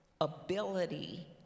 ability